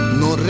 no